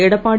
Edappadi